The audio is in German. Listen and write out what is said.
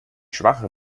schwache